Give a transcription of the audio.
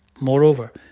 Moreover